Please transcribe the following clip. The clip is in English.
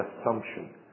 assumption